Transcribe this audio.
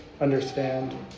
understand